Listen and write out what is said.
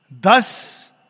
thus